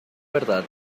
verdad